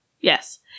Yes